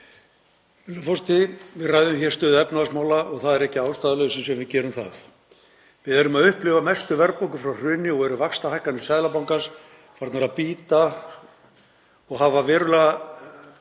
það er ekki að ástæðulausu sem við gerum það. Við erum að upplifa mestu verðbólgu frá hruni og eru vaxtahækkanir Seðlabankans farnar að bíta og hafa verulega